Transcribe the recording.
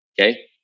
Okay